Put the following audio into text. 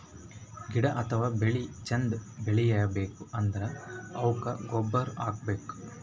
ಗಿಡ ಅಥವಾ ಬೆಳಿ ಚಂದ್ ಬೆಳಿಬೇಕ್ ಅಂದ್ರ ಅವುಕ್ಕ್ ಗೊಬ್ಬುರ್ ಹಾಕ್ಬೇಕ್